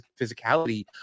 physicality